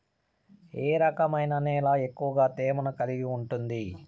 ఏ రకమైన నేల ఎక్కువ తేమను కలిగి ఉంటుంది?